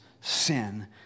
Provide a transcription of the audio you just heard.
sin